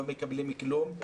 לא מקבלים כלום,